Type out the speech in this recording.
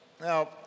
Now